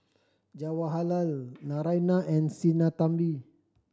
Jawaharlal Naraina and Sinnathamby